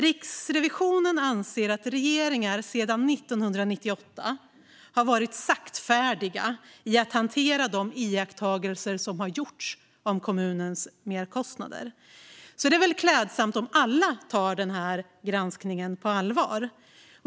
Riksrevisionen anser att regeringar sedan 1998 har varit saktfärdiga i att hantera de iakttagelser som gjorts om kommunernas merkostnader, så det vore klädsamt om vi alla tog granskningen på allvar.